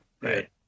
Right